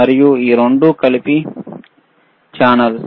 మరియు ఈ రెండూ కలిసి ఛానెల్స్